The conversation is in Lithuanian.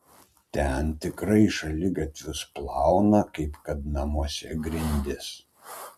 ten tikrai šaligatvius plauna kaip kad namuose grindis